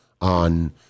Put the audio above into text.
on